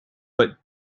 but